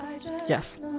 Yes